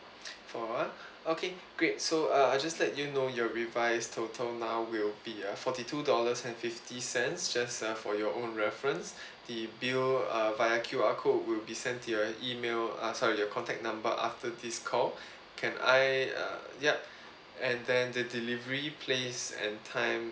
four ah okay great so uh I just let you know your revise total now will be uh forty two dollars and fifty cents just uh for your own reference the bill uh via Q_R code will be sent to your email uh sorry your contact number after this call can I uh yup and then the delivery place and time